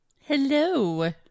Hello